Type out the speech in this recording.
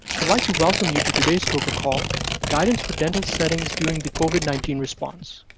i'd like to welcome you to today's coca call guidance for dental settings during the covid nineteen response.